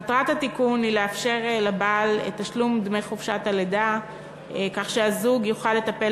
מטרת התיקון היא לאפשר לבעל תשלום דמי חופשת לידה כך שהזוג יוכל לטפל